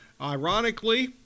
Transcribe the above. Ironically